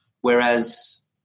Whereas